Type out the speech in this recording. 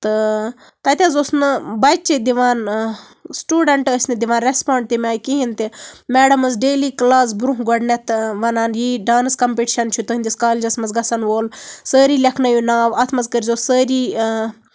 تہٕ تَتہِ حظ اوس نہٕ بَچہٕ دِوان سٔٹوٗڈَنٹ ٲسۍ نہٕ دِوان ریسپونڈ تَمہِ آیہِ کِہینۍ تہِ میڈَم ٲس ڈیلی کٔلاس برونہہ گۄڈٕنیتھ وَنان یی ڈانٔس کَمپِٹشَن چھُ تُہُندِس کالجَس منٛز گژھن وول سٲری لیٚکھنٲیو ناو اَتھ منٛز کٔرۍزیو سٲری